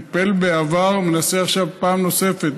הוא טיפל בעבר ומנסה עכשיו פעם נוספת,